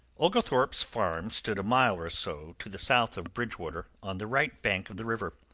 oglethorpe's farm stood a mile or so to the south of bridgewater on the right bank of the river.